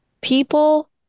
People